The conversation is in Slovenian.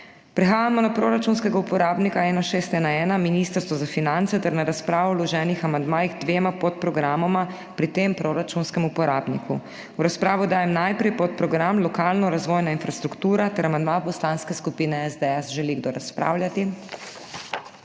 Prehajamo na proračunskega uporabnika 1611 Ministrstvo za finance ter na razpravo o vloženih amandmajih k dvema podprogramoma pri tem proračunskem uporabniku. V razpravo dajem najprej podprogram Lokalno razvojna infrastruktura ter amandma Poslanske skupine SDS. Želi kdo razpravljati?